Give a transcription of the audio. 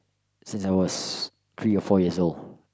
since I was three or four years old